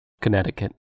Connecticut